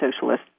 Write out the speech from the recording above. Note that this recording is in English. socialist